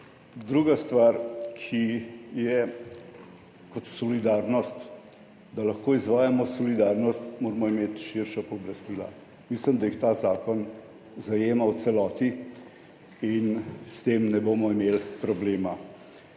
druga stvar solidarnost. Da lahko izvajamo solidarnost, moramo imeti širša pooblastila. Mislim, da jih ta zakon zajema v celoti in s tem ne bomo imeli problema.